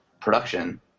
production